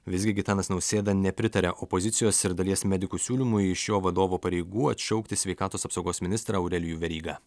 visgi gitanas nausėda nepritaria opozicijos ir dalies medikų siūlymui iš jo vadovo pareigų atšaukti sveikatos apsaugos ministrą aurelijų verygą